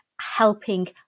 helping